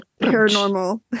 paranormal